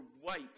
white